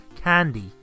candy